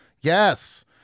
Yes